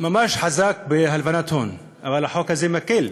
ממש חזק בהלבנת הון, אבל החוק הזה מקל.